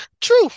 True